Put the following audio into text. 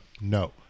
no